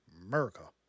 America